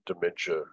dementia